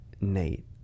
Nate